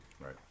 right